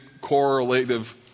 correlative